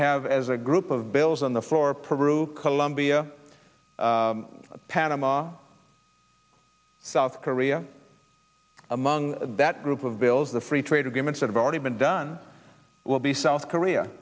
have as a group of bills on the floor colombia panama south korea among that group of bills the free trade agreements that have already been done will be south korea